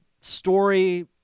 story